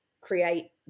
Create